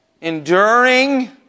Enduring